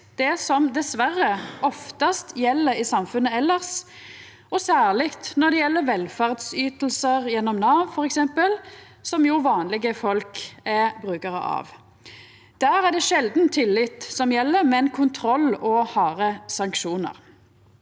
det som dessverre oftast gjeld i samfunnet elles, særleg når det gjeld velferdsytingar gjennom Nav, f.eks., som vanlege folk er brukarar av. Der er det sjeldan tillit som gjeld, men kontroll og harde sanksjonar.